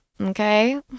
Okay